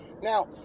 Now